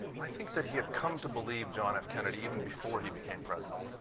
i think that he had come to believe john f. kennedy even before he became president,